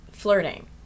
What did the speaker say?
flirting